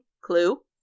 clue